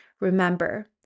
Remember